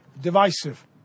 divisive